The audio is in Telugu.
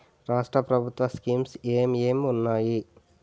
రాష్ట్రం ప్రభుత్వ స్కీమ్స్ ఎం ఎం ఉన్నాయి?